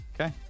Okay